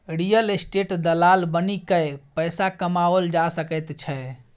real estate दलाल बनिकए पैसा कमाओल जा सकैत छै